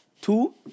Two